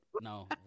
No